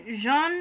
Jean